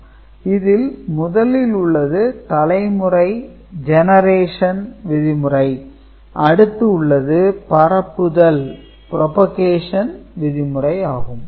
Gi AiBi Pi Ai Bi இதில் முதலில் உள்ளது தலைமுறை விதிமுறை அடுத்து உள்ளது பரப்புதல் விதிமுறை ஆகும்